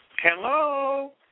Hello